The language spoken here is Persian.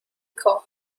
کاه